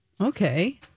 okay